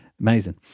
Amazing